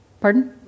Pardon